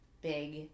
big